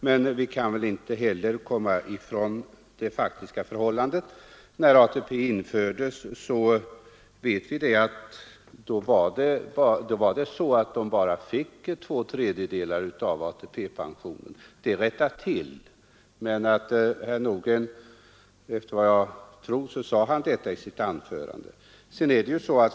Men vi kan väl inte heller komma ifrån det faktiska förhållandet. När ATP infördes var det så att de bara fick två tredjedelar av ATP-pensionen. Det har rättats till, och efter vad jag tror sade herr Nordgren också detta i sitt anförande.